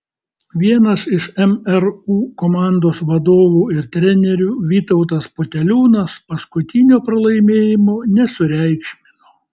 vienas iš mru komandos vadovų ir trenerių vytautas poteliūnas paskutinio pralaimėjimo nesureikšmino